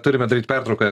turime daryt pertrauką